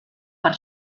per